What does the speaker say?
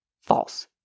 False